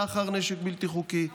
סחר נשק בלתי חוקי,